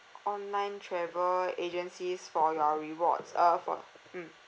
online travel agencies for your rewards uh for mm